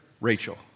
Rachel